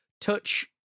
touch